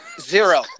Zero